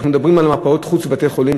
אנחנו מדברים על מרפאות חוץ בבתי-חולים,